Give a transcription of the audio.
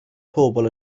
pobl